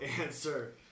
answer